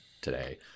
today